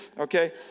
okay